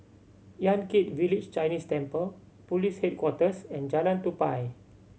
Yan Kit Village Chinese Temple Police Headquarters and Jalan Tupai